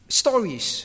stories